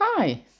Hi